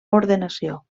ordenació